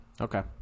okay